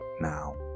now